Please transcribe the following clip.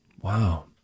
Wow